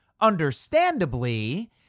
Understandably